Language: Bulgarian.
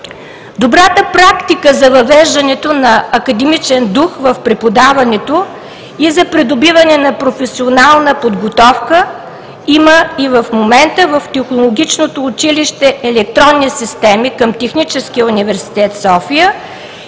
Добра практика за въвеждането на академичен дух в преподаването и за придобиване на професионална подготовка има и в момента в Технологичното училище „Електронни системи“ към Техническия университет в София